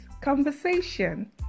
conversation